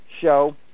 show